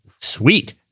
sweet